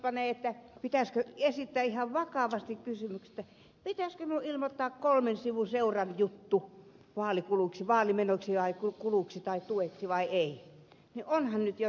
minna sirnö esittää ihan vakavasti kysymykset pitäisikö hänen ilmoittaa kolmen sivun seuran juttu vaalikuluiksi vaalimenoiksi vai kuluksi tai tueksi vai ei niin onhan se nyt jotain käsittämätöntä